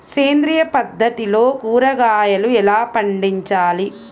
సేంద్రియ పద్ధతిలో కూరగాయలు ఎలా పండించాలి?